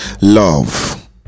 love